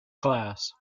class